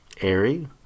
Airy